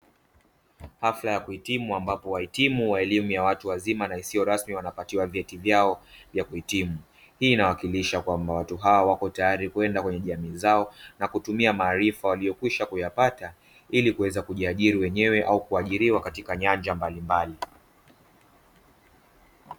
Hafla ya kuhitimu ambapo wahitimu wa elimu ya watu wazima na isiyo rasmi wanapatiwa vyeti vyao vya kuhitimu. Hii inawakilisha kwamba watu hawa wapo tayari kwenda kwenye jamii zao, na kutumia maarifa waliyokwisha kuyapata, ili kuweza kujiajiri wenyewe au kuajiriwa katika nyanja mbalimbali.